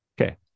Okay